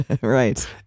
right